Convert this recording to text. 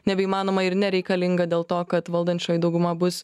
nebeįmanoma ir nereikalinga dėl to kad valdančioji dauguma bus